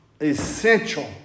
essential